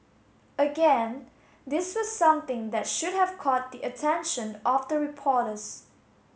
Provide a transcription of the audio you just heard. again this was something that should have caught the attention of the reporters